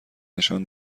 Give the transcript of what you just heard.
نشان